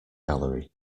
gallery